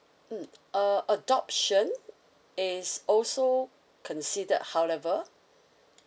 mm uh adoption is also consider however